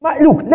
Look